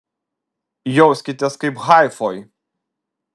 jauskitės kaip haifoj